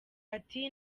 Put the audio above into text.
ati